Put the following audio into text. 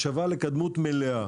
השבה לקדמות מלאה,